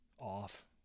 off